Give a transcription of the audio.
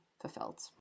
fulfilled